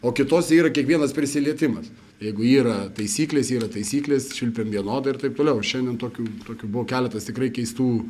o kitose yra kiekvienas prisilietimas jeigu yra taisyklės yra taisyklės švilpiam vienodai ir taip toliau šiandien tokių tokių buvo keletas tikrai keistų